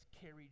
carried